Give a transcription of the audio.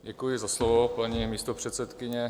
Děkuji za slovo, paní místopředsedkyně.